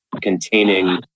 containing